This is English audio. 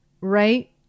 right